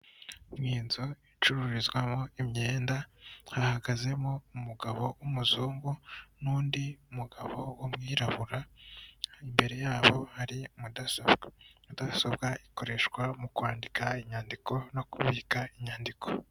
Ni inzu icururizwamo imyenda hahagazemo umugabo w'umuzungu n'undi mugabo w'umwirabura, imbere yabo hari mudasobwa, mudasobwa ikoreshwa mu kwandika inyandiko no kubika inyandiko.